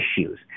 issues